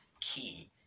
key